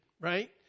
right